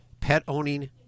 pet-owning